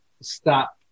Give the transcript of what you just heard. stop